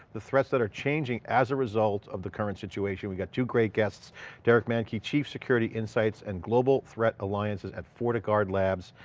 the threats that are changing as a result of the current situation. we got two great guests derek manky, chief security insights and global threat alliances at fortiguard labs.